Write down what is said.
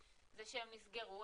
זה שהם נסגרו,